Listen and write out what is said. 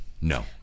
No